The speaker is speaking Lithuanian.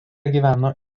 gyveno